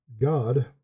God